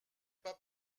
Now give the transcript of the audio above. pas